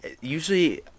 Usually